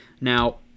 Now